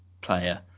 player